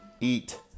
eat